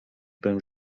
bym